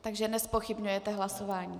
Takže nezpochybňujete hlasování.